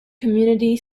community